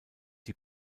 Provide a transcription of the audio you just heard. die